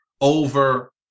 over